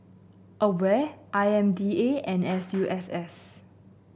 Aware I M D A and S U S S